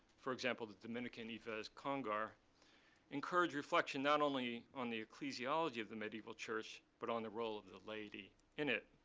for example, the dominican yves congar encouraged reflection, not only on the ecclesiology of the medieval church, but on the role of the laity in it.